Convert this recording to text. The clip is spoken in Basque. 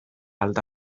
alda